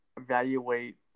evaluate